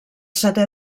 setè